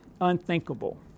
unthinkable